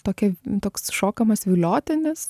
tokia toks šokamas viliotinis